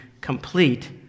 complete